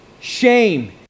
shame